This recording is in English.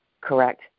Correct